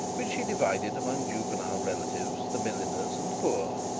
which she divided among juvenile relatives, the milliners, and the poor,